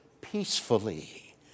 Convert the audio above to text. peacefully